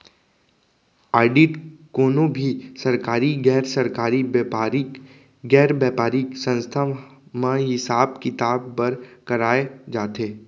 audit कोनो भी सरकारी, गैर सरकारी, बेपारिक, गैर बेपारिक संस्था म हिसाब किताब बर कराए जाथे